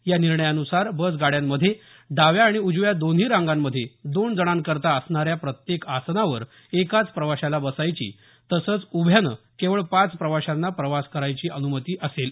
या निर्णयानुसार बस गाड्यांमध्ये डाव्या आणि उजव्या दोन्ही रांगांमध्ये दोन जणांकरता असणाऱ्या प्रत्येक आसनावर एकाच प्रवाशाला बसायची तसंच उभ्यानं केवळ पाच प्रवाशांना प्रवास करायची अनुमती असेल